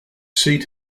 seat